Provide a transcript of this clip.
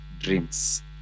dreams